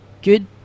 good